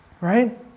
right